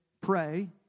pray